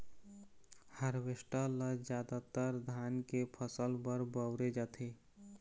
harvester ल जादातर धान के फसल बर बउरे जाथे